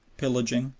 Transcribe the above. pillaging,